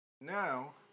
Now